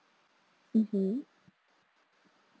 mmhmm